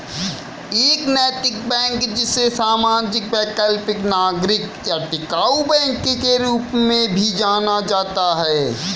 एक नैतिक बैंक जिसे सामाजिक वैकल्पिक नागरिक या टिकाऊ बैंक के रूप में भी जाना जाता है